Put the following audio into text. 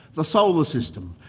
the solar system,